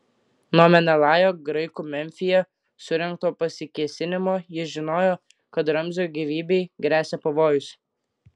nuo menelajo graikų memfyje surengto pasikėsinimo jis žinojo kad ramzio gyvybei gresia pavojus